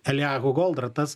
eliahu goldratas